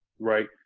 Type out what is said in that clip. right